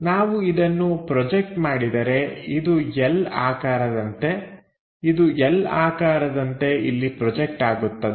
ನಾವು ಇದನ್ನು ಪ್ರೊಜೆಕ್ಟ್ ಮಾಡಿದರೆ ಇದು L ಆಕಾರದಂತೆ ಇದು L ಆಕಾರದಂತೆ ಇಲ್ಲಿ ಪ್ರೊಜೆಕ್ಟ್ ಆಗುತ್ತದೆ